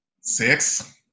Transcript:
Six